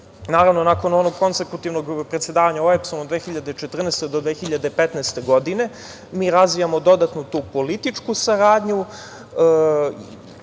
Naravno, nakon onog konsekutivnog predsedavanja OEBS-om od 2014. do 2015. godine, mi razvijamo dodatnu tu političku saradnju.